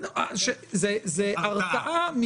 זה הרתעה.